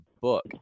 book